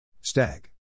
Stag